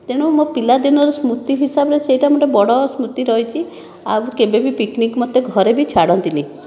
ତେଣୁ ମୋ ପିଲାଦିନର ସ୍ମୃତି ହିସାବରେ ସେଇଟା ଗୋଟିଏ ବଡ଼ ସ୍ମୃତି ରହିଛି ଆଉ କେବେ ବି ପିକନିକ ମୋତେ ଘରେ ବି ଛାଡ଼ନ୍ତିନି